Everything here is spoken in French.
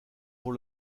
pour